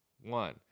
One